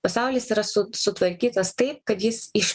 pasaulis yra su sutvarkytas taip kad jis iš